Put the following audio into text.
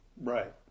Right